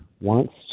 wants